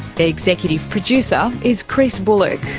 the executive producer is chris bullock,